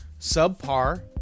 subpar